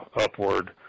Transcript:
upward